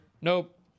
Nope